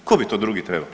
Tko bi to drugi trebao?